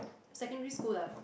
secondary school lah